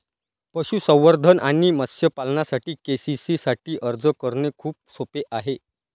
पशुसंवर्धन आणि मत्स्य पालनासाठी के.सी.सी साठी अर्ज करणे खूप सोपे आहे